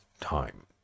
time